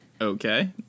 Okay